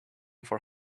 for